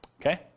Okay